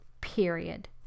period